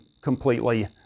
completely